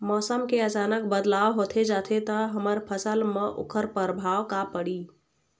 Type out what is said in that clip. मौसम के अचानक बदलाव होथे जाथे ता हमर फसल मा ओकर परभाव का पढ़ी?